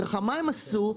מה הם עשו?